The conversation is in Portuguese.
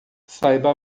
saiba